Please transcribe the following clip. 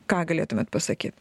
ką galėtumėt pasakyt